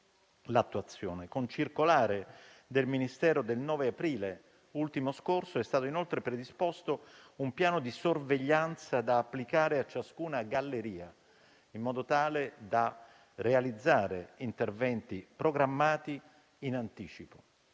Con la circolare del Ministero del 9 aprile ultimo scorso è stato inoltre predisposto un piano di sorveglianza da applicare a ciascuna galleria, in modo tale da realizzare interventi programmati in anticipo.